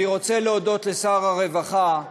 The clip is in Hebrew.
אני רוצה להודות לשר הרווחה,